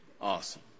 Awesome